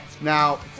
Now